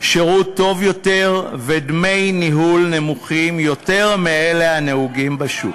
שירות טוב יותר ודמי ניהול נמוכים יותר מאלה הנהוגים בשוק.